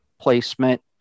placement